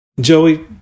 Joey